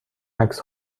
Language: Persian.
عکس